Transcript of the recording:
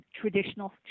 traditional